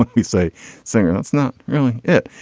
like we say singer that's not really it.